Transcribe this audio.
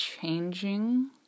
changing